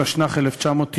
התשנ"ח 1998,